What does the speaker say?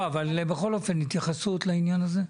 אבל בכל אופן, התייחסות לעניין הזה?